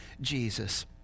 Jesus